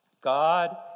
God